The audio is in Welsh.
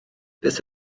beth